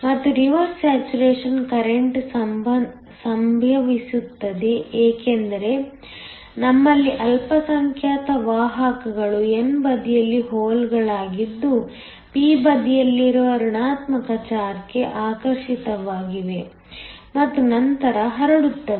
ಮತ್ತು reverse saturation current ಸಂಭವಿಸುತ್ತದೆ ಏಕೆಂದರೆ ನಮ್ಮಲ್ಲಿ ಅಲ್ಪಸಂಖ್ಯಾತ ವಾಹಕಗಳು n ಬದಿಯಲ್ಲಿ ಹೋಲ್ಗಳಾಗಿದ್ದು p ಬದಿಯಲ್ಲಿರುವ ಋಣಾತ್ಮಕ ಚಾರ್ಜ್ಗೆ ಆಕರ್ಷಿತವಾಗುತ್ತವೆ ಮತ್ತು ನಂತರ ಹರಡುತ್ತವೆ